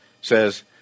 says